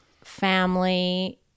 family